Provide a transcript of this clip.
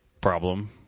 problem